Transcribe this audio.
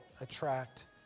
attract